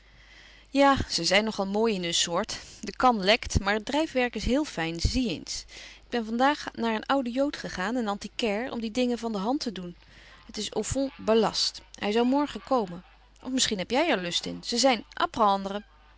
ja ze zijn nogal mooi in hun soort de kan lekt maar het drijfwerk is heel fijn zie eens ik ben vandaag naar een ouden jood gegaan een antiquaire om die dingen van de hand te doen het is au fond ballast hij zou morgen komen of misschien heb jij er lust in zij zijn